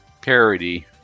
parody